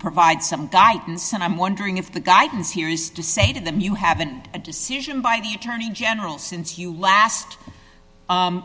provide some guidance and i'm wondering if the guidance here is to say to them you haven't a decision by the attorney general since you last